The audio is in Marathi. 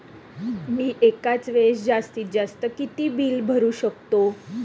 मी एका वेळेस जास्तीत जास्त किती बिल भरू शकतो?